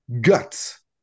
guts